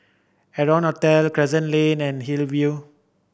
Arton Hotel Crescent Lane and Hillview